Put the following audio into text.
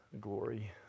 glory